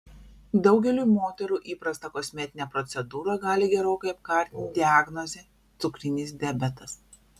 daugeliui moterų įprastą kosmetinę procedūrą gali gerokai apkartinti diagnozė cukrinis diabetas